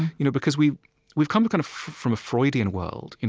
you know because we've we've come kind of from a freudian world.